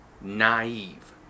naive